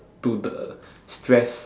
to the stress